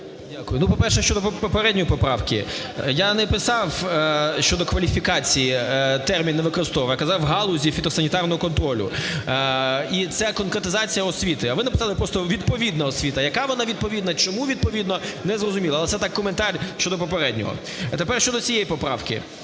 Дякую. Ну по-перше, щодо попередньої поправки. Я не писав щодо кваліфікації, термін не використовував, а казав "в галузі фітосанітарного контролю". І це конкретизація освіти. А ви написали просто "відповідна освіта". Яка вона "відповідна", чому відповідно – не зрозуміло. Але так, коментар щодо попереднього. А тепер щодо цієї поправки.